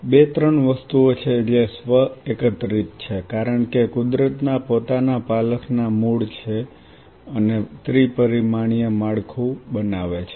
બે ત્રણ વસ્તુઓ છે જે સ્વ એકત્રિત છે કારણ કે કુદરતના પોતાના પાલખના મૂળ છે અને ત્રિ પરિમાણીય માળખું બનાવે છે